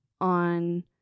on